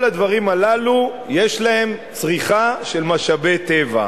כל הדברים הללו, יש להם צריכה של משאבי טבע.